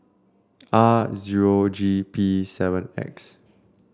R zero G P seven X